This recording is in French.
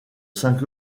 saint